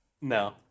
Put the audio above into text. no